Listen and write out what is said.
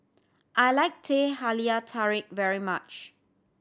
I like Teh Halia Tarik very much